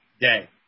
day